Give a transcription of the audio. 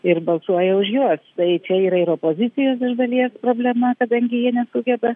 ir balsuoja už juos tai čia yra ir opozicijos iš dalies problema kadangi jie nesugeba